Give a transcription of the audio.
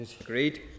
Agreed